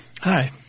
Hi